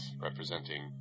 representing